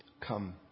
come